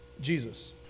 Jesus